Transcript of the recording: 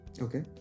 Okay